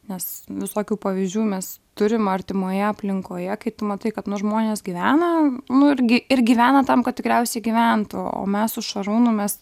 nes visokių pavyzdžių mes turim artimoje aplinkoje kai tu matai kad nu žmonės gyvena nu ir gy ir gyvena tam kad tikriausiai gyventų o mes su šarūnu mes